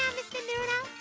um mr. noodle